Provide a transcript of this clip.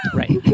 right